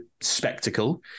spectacle